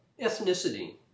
Ethnicity